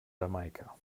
jamaika